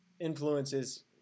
influences